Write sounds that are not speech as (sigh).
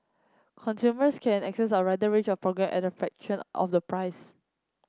consumers can access a wider range of (unintelligible) at a fraction of the price